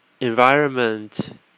environment